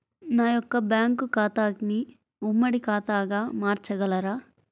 నా యొక్క బ్యాంకు ఖాతాని ఉమ్మడి ఖాతాగా మార్చగలరా?